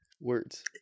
Words